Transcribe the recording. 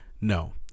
No